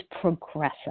progressive